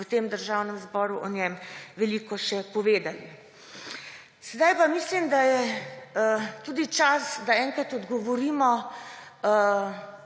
v tem državnem zboru o njem veliko še povedali. Sedaj pa mislim, da je tudi čas, da enkrat odgovorimo